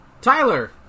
Tyler